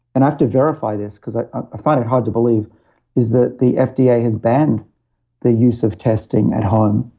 and i have to verify this because i find it hard to believe is that the fda yeah has banned the use of testing at home,